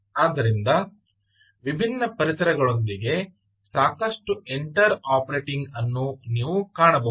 ಆದ್ದರಿಂದ ವಿಭಿನ್ನ ಪರಿಸರಗಳೊಂದಿಗೆ ಸಾಕಷ್ಟು ಇಂಟರ್ ಆಪರೇಟಿಂಗ್ ಅನ್ನು ನೀವು ಕಾಣಬಹುದು